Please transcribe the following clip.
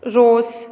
रोस